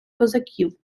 козаків